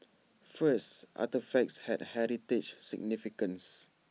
first artefacts had heritage significance